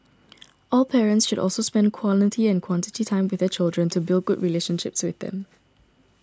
all parents should also spend quality and quantity time with their children to build good relationships with them